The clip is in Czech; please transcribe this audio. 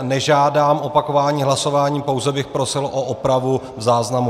Nežádám opakování hlasování, pouze bych prosil o opravu záznamu.